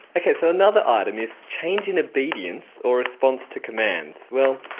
ok, so another item is changing obedience or response to commands. well,